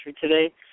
today